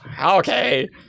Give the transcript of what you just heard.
Okay